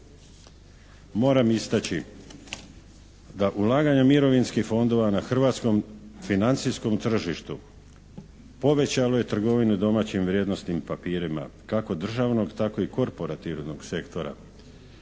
Moram istaći da ulaganja mirovinskih fondova na hrvatskom financijskom tržištu povećalo je trgovinu domaćim vrijednosnim papirima kako državnog tako i korporativnog sektora.